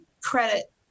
credit